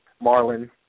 marlin